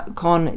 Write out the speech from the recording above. con